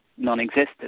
non-existent